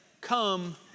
come